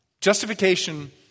Justification